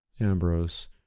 Ambrose